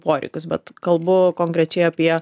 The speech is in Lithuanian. poreikius bet kalbu konkrečiai apie